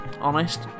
Honest